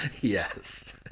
Yes